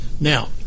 Now